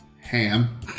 ham